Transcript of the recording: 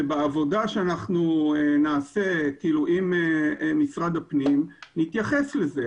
בעבודה שאנחנו נעשה עם משרד הפנים, נתייחס לזה.